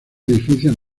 edificios